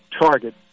target